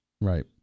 right